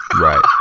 Right